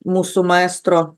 mūsų maestro